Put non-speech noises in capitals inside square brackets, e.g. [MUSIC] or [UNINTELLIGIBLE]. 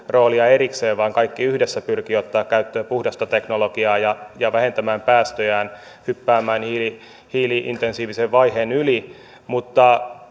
roolia erikseen vaan kaikki yhdessä pyrkivät ottamaan käyttöön puhdasta teknologiaa ja vähentämään päästöjään hyppäämään hiili hiili intensiivisen vaiheen yli mutta [UNINTELLIGIBLE]